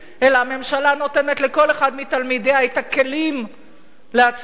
אלא הממשלה נותנת לכל אחד מתלמידיה את הכלים להצליח בחיים.